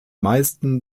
meisten